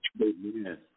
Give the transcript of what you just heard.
Amen